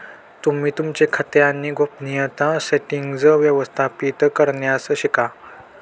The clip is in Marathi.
तुम्ही तुमचे खाते आणि गोपनीयता सेटीन्ग्स व्यवस्थापित करण्यास शिका